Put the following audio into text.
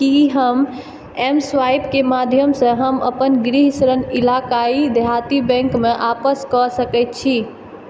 की हम एमस्वाइपके माध्यमसँ हम अपन गृह ऋण इलाक़ाइ देहाती बैंकमे आपस कऽ सकैत छी